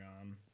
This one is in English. on